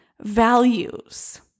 values